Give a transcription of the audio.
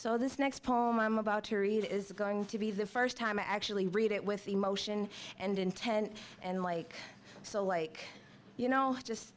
so this next poem i'm about to read is going to be the first time i actually read it with emotion and intent and like so like you know just